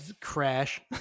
Crash